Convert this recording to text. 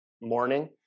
morning